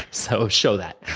so show that,